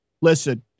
listen